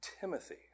Timothy